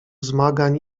zmagań